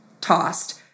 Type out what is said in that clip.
tossed